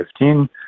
2015